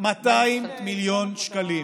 200 מיליון שקלים.